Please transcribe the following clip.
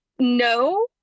No